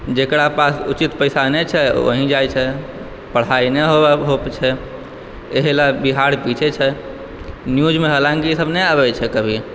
जेकरा पास उचित पैसा नहि छै वहीँ जाय छै पढाइ नहि होइ छै एहिला बिहार पीछे छै न्यूज़ मे हालाँकि ई सब नहि आबै छै कभी